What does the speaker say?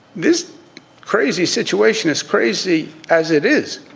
this crazy situation, as crazy as it is,